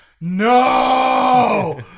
no